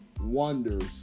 wonders